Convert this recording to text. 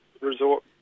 resort